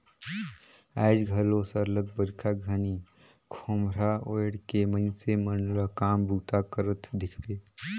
आएज घलो सरलग बरिखा घनी खोम्हरा ओएढ़ के मइनसे मन ल काम बूता करत देखबे